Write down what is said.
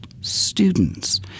students